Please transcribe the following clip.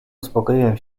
uspokoiłem